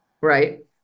Right